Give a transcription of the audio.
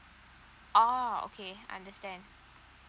oh okay understand